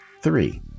Three